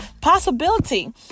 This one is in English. Possibility